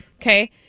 Okay